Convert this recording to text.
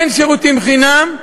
אין שירותים חינם,